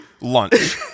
lunch